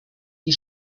die